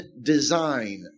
design